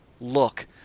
Look